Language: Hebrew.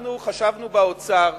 אנחנו חשבנו באוצר,